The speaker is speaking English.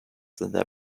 their